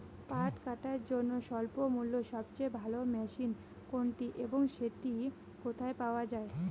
পাট কাটার জন্য স্বল্পমূল্যে সবচেয়ে ভালো মেশিন কোনটি এবং সেটি কোথায় পাওয়া য়ায়?